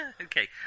Okay